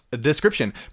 Description